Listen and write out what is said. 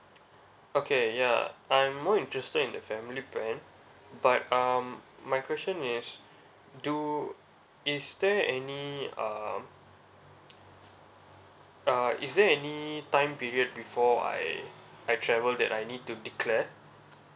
okay ya I'm more interested in the family plan but um my question is do is there any um uh is there any time period before I I travel that I need to declare